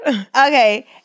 Okay